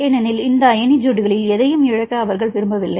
ஏனெனில் இந்த அயனி ஜோடிகளில் எதையும் இழக்க அவர்கள் விரும்பவில்லை